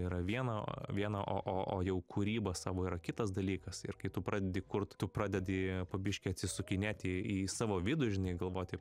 yra vieno viena o jau kūryba savo yra kitas dalykas ir kai tu pradedi kurt tu pradedi po biškį atsisukinėt į į savo vidų žinai galvoti